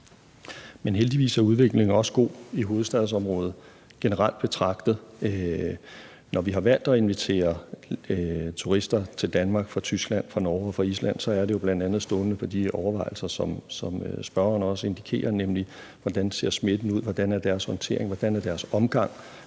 Heldigvis er udviklingen også god i hovedstadsområdet generelt betragtet. Når vi har valgt at invitere turister til Danmark fra Tyskland, fra Norge og fra Island, er det jo bl.a. stående på de overvejelser, som spørgeren også indikerer, nemlig hvordan smitten ser ud, hvordan deres håndtering er og hvordan deres omgang